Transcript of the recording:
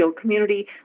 community